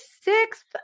sixth